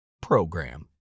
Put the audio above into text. PROGRAM